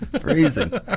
Freezing